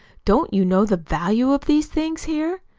don't you know the value of these things here?